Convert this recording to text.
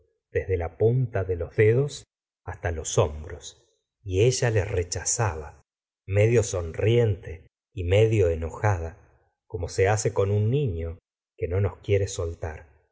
desde la punta de los dedos hasta los hombros y ella le rechazaba medio mudeni la señora de bovary te y medio enojada como se hace con un nulo que no nos quiere eoltar